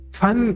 fun